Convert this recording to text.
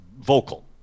vocal